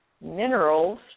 minerals